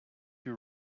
you